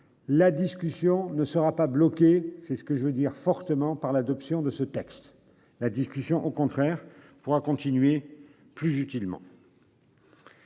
La discussion ne sera pas bloqué. C'est ce que je veux dire fortement par l'adoption de ce texte. La discussion au compte. Frère pourra continuer plus utilement.